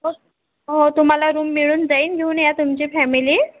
हो हो तुम्हाला रूम मिळून जाईन घेऊन या तुमची फॅमिली